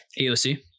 AOC